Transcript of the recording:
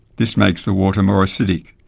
this makes the water more acidic,